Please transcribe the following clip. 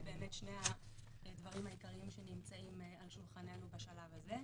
באמת שני הדברים העיקריים שנמצאים על שולחננו כעת.